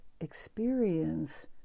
experience